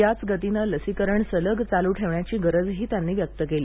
याच गतीनं लसीकरण सलग चालू ठेवण्याची गरज त्यांनी व्यक्त केली